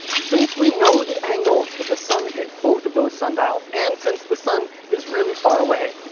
since we know the angle that the sun hit both of those sundials, and since the sun is really far away,